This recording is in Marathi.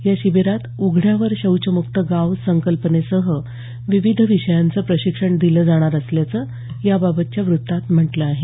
या शिबीरात उघड्यावर शौचमुक्त गाव संकल्पनेसह विविध विषयांचं प्रशिक्षण दिलं जाणार असल्याचं याबाबतच्या व्रत्तात म्हटलं आहे